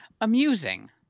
amusing